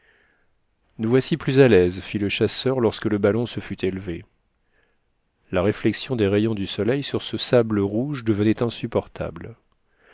nous voici plus à l'aise fit le chasseur lorsque le ballon se fut élevé la réflexion des rayons du soleil sur ce sable rouge devenait insupportable